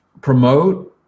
promote